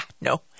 no